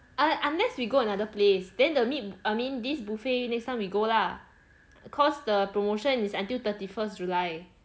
un~ unless we go another place then the meat I mean this buffet next time we go lah cause the promotion is until thirty first july